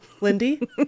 Lindy